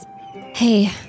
Hey